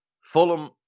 Fulham